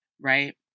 right